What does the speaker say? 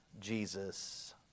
Jesus